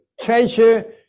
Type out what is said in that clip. Treasure